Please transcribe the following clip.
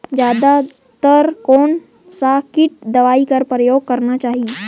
जादा तर कोन स किट दवाई कर प्रयोग करना चाही?